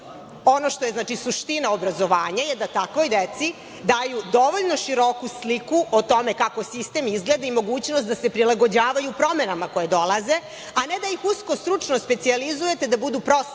Ono što je suština obrazovanja je da takvoj deci daju dovoljno široku sliku o tome kako sistem izgleda i mogućnost da se prilagođavaju promenama koje dolaze, a ne da ih uskostručno specijalizujete da budu prosta